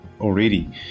already